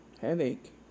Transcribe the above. headache